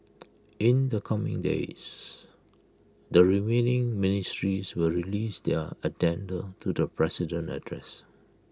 in the coming days the remaining ministries will release their addenda to the president's address